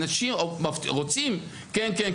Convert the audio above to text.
אנשים רוצים, כן, כן,